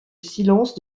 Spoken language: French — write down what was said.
silence